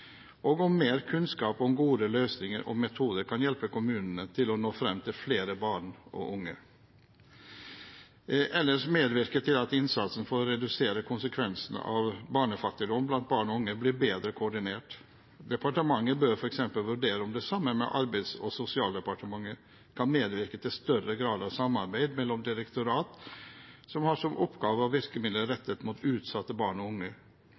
om mer kunnskap om gode løsninger og metoder kan hjelpe kommunene til å nå frem til flere fattige barn og unge. Riksrevisjonen anbefaler videre at departementet medvirker til at innsatsen for å redusere konsekvensene av fattigdom blant barn og unge blir bedre koordinert. Departementet bør f.eks. vurdere om det, sammen med Arbeids- og sosialdepartementet, kan medvirke til større grad av samarbeid mellom direktorater som har oppgaver og virkemidler rettet mot utsatte barn og unge